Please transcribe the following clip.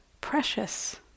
precious